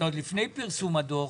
עוד לפני פרסום הדוח